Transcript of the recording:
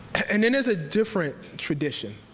and then there's a different tradition,